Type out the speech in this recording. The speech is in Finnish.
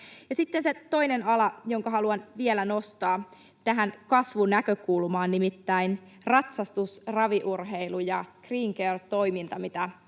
Sitten on se toinen ala, jonka haluan vielä nostaa tähän kasvunäkökulmaan, nimittäin ratsastus, raviurheilu ja green care ‑toiminta, mitä